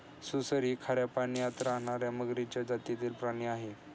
सुसर ही खाऱ्या पाण्यात राहणार्या मगरीच्या जातीतील प्राणी आहे